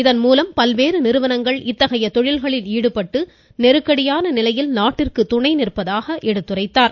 இதன்மூலம் பல்வேறு நிறுவனங்கள் இத்தகைய தொழில்களில் ஈடுபட்டு நெருக்கடியான நிலையில் நாட்டிற்கு துணை நிற்பதாக கூறினார்